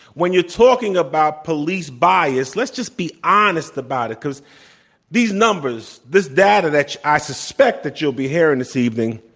when you're talking about police bias, let's just be honest about it because these numbers, this data that i suspect that you'll be hearing this evening,